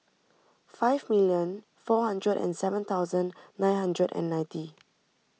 five million four hundred and seven thousand nine hundred and ninety